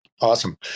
awesome